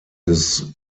his